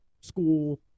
school